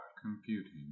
Computing